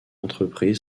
entreprise